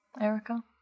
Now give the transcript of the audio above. Erica